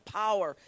power